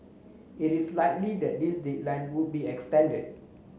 it is likely that this deadline would be extended